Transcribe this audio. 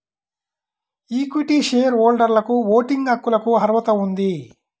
equity share హోల్డర్లకుఓటింగ్ హక్కులకుఅర్హత ఉంది